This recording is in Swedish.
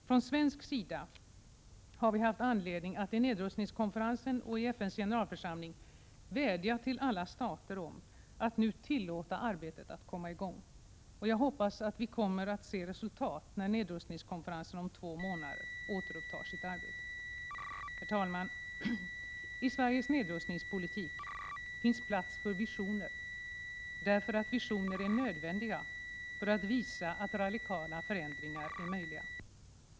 Från svensk sida har vi haft anledning att i nedrustningskonferensen och i FN:s generalförsamling vädja till alla stater om att nu tillåta arbetet att komma i gång. Jag hoppas att vi kommer att se resultat när nedrustningskonferensen om två månader återupptar sitt arbete. Herr talman! I Sveriges nedrustningspolitik finns plats för visioner — därför att visioner är nödvändiga för att visa att radikala förändringar är möjliga.